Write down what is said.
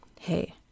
hey